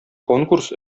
конкурс